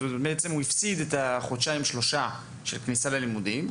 אז הוא הפסיד את החודשיים-שלושה של הכניסה ללימודים.